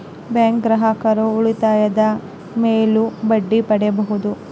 bank ಗ್ರಾಹಕರು ಉಳಿತಾಯದ ಮೇಲೂ ಬಡ್ಡಿ ಪಡೀಬಹುದು